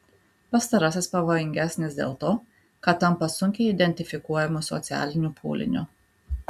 pastarasis pavojingesnis dėl to kad tampa sunkiai identifikuojamu socialiniu pūliniu